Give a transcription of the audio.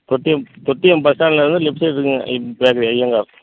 Thottiyam Thottiyam bus ஸ்டாண்டுலேர்ந்து left side இருக்குங்க எங்கள் பேக்கரி ஐயங்கார்